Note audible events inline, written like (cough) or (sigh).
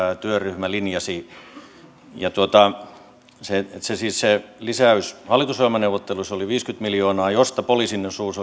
työryhmä linjasi se lisäys hallitusohjelmaneuvotteluissa siis oli viisikymmentä miljoonaa mistä poliisin osuus (unintelligible)